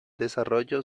desarrollo